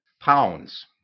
pounds